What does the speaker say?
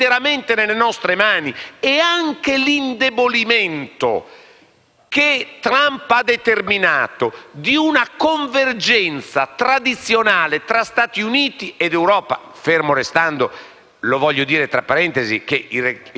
che Trump ha determinato della convergenza tradizionale tra Stati Uniti ed Europa (fermo restando, lo voglio dire tra parentesi, che il legame atlantico è un elemento genetico per l'Europa che nessuno